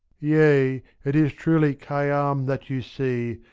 yea, it is truly khayyam that you see.